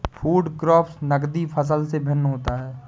food crops नगदी फसल से भिन्न होता है